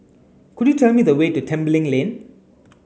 could you tell me the way to Tembeling Lane